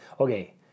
okay